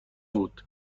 بود